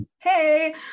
hey